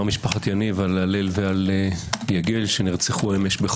משפחת יניב על הלל ועל יגל שנרצחו אמש.